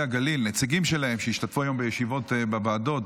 הגליל שהשתתפו היום בישיבות בוועדות.